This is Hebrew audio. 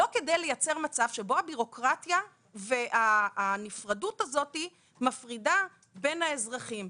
לא כדי לייצר מצב שבו הבירוקרטיה והנפרדות הזו מפרידה בין האזרחים.